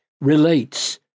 relates